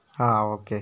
ആ ഓക്കേ